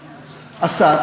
השר.